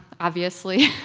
obviously.